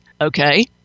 Okay